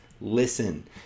listen